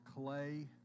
clay